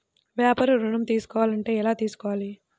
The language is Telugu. వ్యాపార ఋణం తీసుకోవాలంటే ఎలా తీసుకోవాలా?